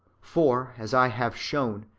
for, as i have shown,